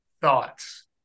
thoughts